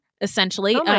essentially